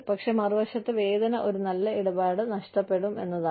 പക്ഷേ മറുവശത്ത് വേദന ഒരു നല്ല ഇടപാട് നഷ്ടപ്പെടും എന്നതാണ്